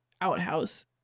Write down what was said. outhouse